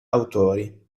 autori